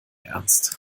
ernst